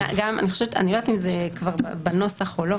אני לא יודעת אם זה כבר בנוסח או לא,